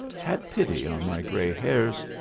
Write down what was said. had pity on my gray hairs,